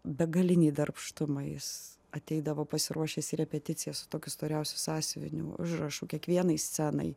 begalinį darbštumą jis ateidavo pasiruošęs į repeticijas su tokiu storiausiu sąsiuviniu užrašų kiekvienai scenai